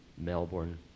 Melbourne